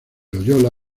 loyola